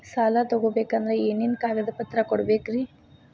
ಸಾಲ ತೊಗೋಬೇಕಂದ್ರ ಏನೇನ್ ಕಾಗದಪತ್ರ ಕೊಡಬೇಕ್ರಿ?